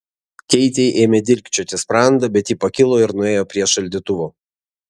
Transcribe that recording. keitei ėmė dilgčioti sprandą bet ji pakilo ir nuėjo prie šaldytuvo